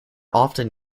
often